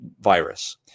virus